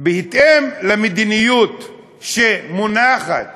בהתאם למדיניות שמונחת